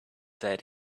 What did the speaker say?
said